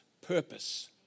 purpose